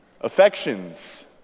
Affections